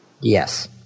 Yes